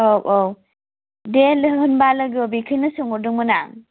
औ औ दे होनबा लोगो बेखौनो सोंहरदोंमोन आं